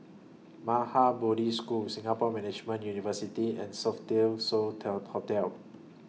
Maha Bodhi School Singapore Management University and Sofitel So Tell Hotel